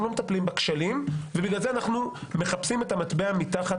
אנחנו לא מטפלים בכשלים ובגלל זה אנחנו מחפשים את המטבע מתחת